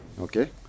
Okay